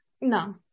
No